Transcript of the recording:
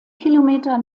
kilometer